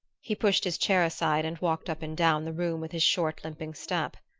he pushed his chair aside and walked up and down the room with his short limping step.